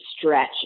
stretch